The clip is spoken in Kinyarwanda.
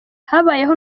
habayeho